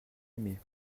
aimé